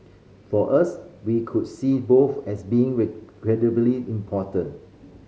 for us we could see both as being incredibly important